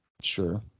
Sure